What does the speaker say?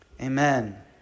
amen